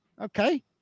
Okay